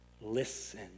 listen